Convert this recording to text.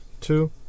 two